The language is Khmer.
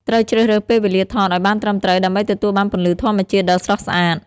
ត្រូវជ្រើសរើសពេលវេលាថតឲ្យបានត្រឹមត្រូវដើម្បីទទួលបានពន្លឺធម្មជាតិដ៏ស្រស់ស្អាត។